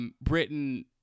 Britain